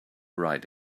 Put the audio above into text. write